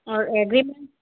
और